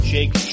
Jake